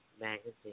magazine